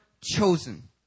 chosen